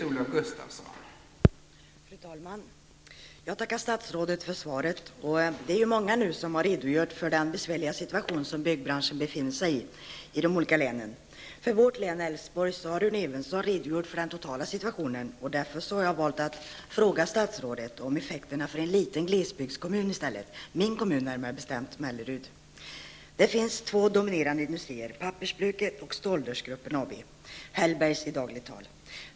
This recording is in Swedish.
Fru talman! Jag tackar statsrådet för svaret. Det är många talare som nu har redogjort för den besvärliga situation som byggbranschen i de olika länen befinner sig i. För vårt län, Älvsborgs län, har Rune Evensson redogjort för den totala situationen. Jag har därför i stället valt att fråga statsrådet om effekterna för en liten glesbygdskommun, närmare bestämt min hemkommun Mellerud. I Mellerud finns två dominerande industrier, nämligen pappersbruket och Ståldörrsgruppen AB -- Hellbergs Industrier i dagligt tal.